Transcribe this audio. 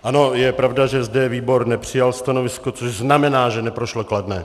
Ano, je pravda, že zde výbor nepřijal stanovisko, což znamená, že neprošlo kladné.